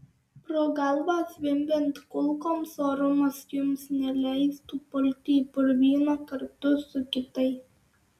pro galvą zvimbiant kulkoms orumas jums neleistų pulti į purvyną kartu su kitais